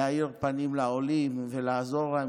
להאיר פנים לעולים ולעזור להם.